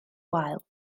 wael